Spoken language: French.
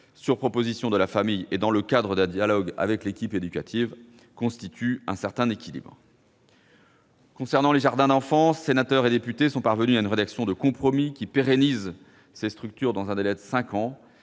sur proposition de la famille et dans le cadre d'un dialogue avec l'équipe éducative, atteint un certain équilibre. Concernant les jardins d'enfants, sénateurs et députés sont parvenus à une rédaction de compromis, qui pérennise ces structures pour un délai de cinq ans.